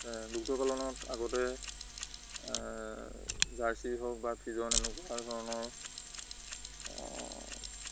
এ দুগ্ধপালনত আগতে জাৰ্চি হওক বা ফিজন এনেকুৱা ধৰণৰ